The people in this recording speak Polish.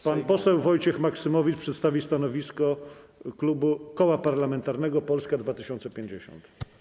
Pan poseł Wojciech Maksymowicz przedstawi stanowisko Koła Parlamentarnego Polska 2050.